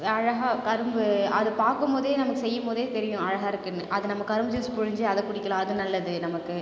அழகாக கரும்பு அதை பார்க்கும்போதே நமக்கு செய்யும்போதே தெரியும் அழகாக இருக்குன்னு அது நம்ம கரும்பு ஜூஸ் பிழிஞ்சி அதை குடிக்கலாம் அது நல்லது நமக்கு